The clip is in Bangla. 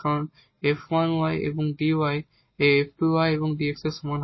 কারণ এই f 1 y এবং dy এই f 2 x এবং dx এর সমান